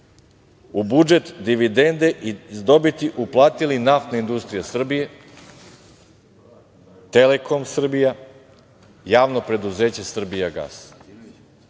u budžet dividende i dobiti uplatili Naftna industrija Srbije, Telekom Srbija, Javno preduzeće